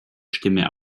stimme